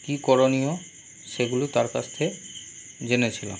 কী করনীয় সেগুলো তার কাছ থেকে জেনেছিলাম